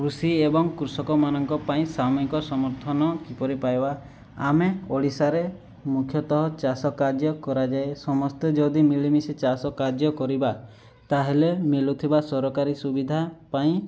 କୃଷି ଏବଂ କୃଷକମାନଙ୍କ ପାଇଁ ସାମୂହିକ ସମର୍ଥନ କିପରି ପାଇବା ଆମେ ଓଡ଼ିଶାରେ ମୁଖ୍ୟତଃ ଚାଷକାର୍ଯ୍ୟ କରାଯାଏ ସମସ୍ତେ ଯଦି ମିଳିମିଶି ଚାଷ କାର୍ଯ୍ୟ କରିବା ତା'ହେଲେ ମିଳୁଥିବା ସରକାରୀ ସୁବିଧା ପାଇଁ